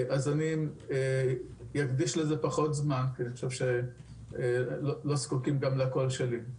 אז אני אקדיש לזה פחות זמן כי אני חושב שלא זקוקים גם לקול שלי.